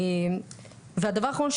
והדבר האחרון,